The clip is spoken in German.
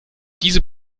diese